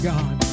God